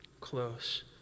close